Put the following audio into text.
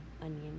onion